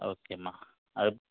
ஓகேம்மா அது